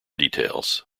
details